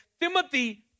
Timothy